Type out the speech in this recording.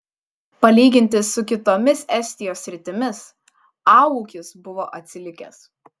palyginti su kitomis estijos sritimis a ūkis buvo atsilikęs